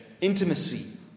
intimacy